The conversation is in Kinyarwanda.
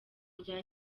rya